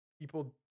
people